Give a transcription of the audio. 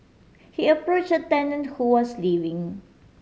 he approach a tenant who was leaving